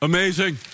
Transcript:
Amazing